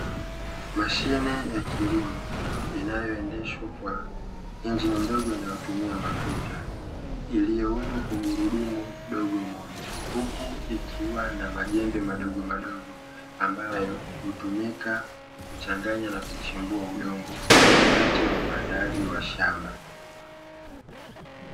Mashine ya kilimo inayoendeshwa kwa injini ndogo inayotumia mafuta, iliyoundwa kwa gurudumu dogo moja huku ikiwa na majembe madogomadogo, ambayo hutumika kuchanganya na kuchimbua udongo wakati wa uandaaji wa shamba.